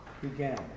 began